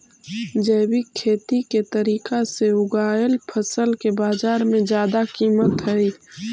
जैविक खेती के तरीका से उगाएल फसल के बाजार में जादा कीमत हई